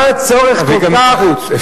מה הצורך כל כך, להביא גם מבחוץ.